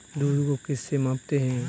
दूध को किस से मापते हैं?